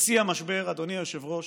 בשיא המשבר, אדוני היושב-ראש,